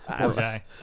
Okay